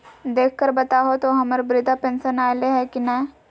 देख कर बताहो तो, हम्मर बृद्धा पेंसन आयले है की नय?